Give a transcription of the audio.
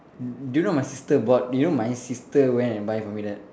do you know my sister bought you know my sister went and buy for me that